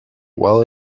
while